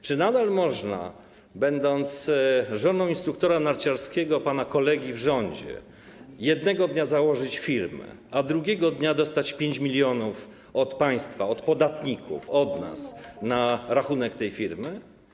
Czy nadal można, będąc żoną instruktora narciarskiego pana kolegi w rządzie, jednego dnia założyć firmę, a drugiego dnia dostać 5 mln od państwa, od podatników, od nas na rachunek tej firmy?